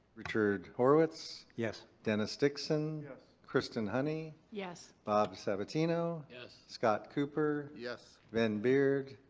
richard horowitz. yes. dennis dixon. yes. kristen honey. yes. bob sabatino. yes. scott cooper. yes. ben beard.